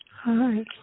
Hi